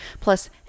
plus